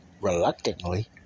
reluctantly